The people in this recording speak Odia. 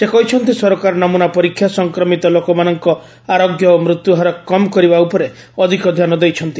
ସେ କହିଛନ୍ତି ସରକାର ନମ୍ରନା ପରୀକ୍ଷା ସଂକ୍ରମିତ ଲୋକମାନଙ୍କ ଆରୋଗ୍ୟ ଓ ମୃତ୍ୟୁହାର କମ କରିବା ଉପରେ ଅଧିକ ଧ୍ୟାନ ଦେଇଛନ୍ତି